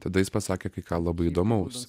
tada jis pasakė kai ką labai įdomaus